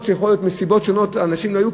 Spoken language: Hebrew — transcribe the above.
של אנשים שיכול להיות מסיבות שונות שהם לא נמצאים.